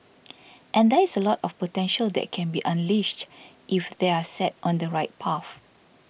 and there is a lot of potential that can be unleashed if they are set on the right path